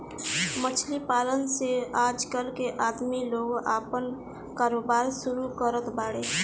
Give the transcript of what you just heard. मछली पालन से आजकल के आदमी लोग आपन कारोबार शुरू करत बाड़े